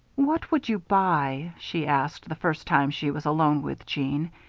what would you buy, she asked, the first time she was alone with jeanne,